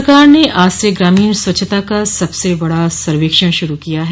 सरकार ने आज से ग्रामीण स्वच्छता का सबस बड़ा सर्वेक्षण शुरू किया है